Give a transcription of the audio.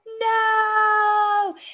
no